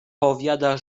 powiada